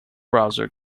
browser